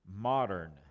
Modern